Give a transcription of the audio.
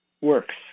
works